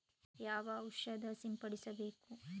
ಯಾವ ಔಷಧ ಸಿಂಪಡಿಸಬೇಕು?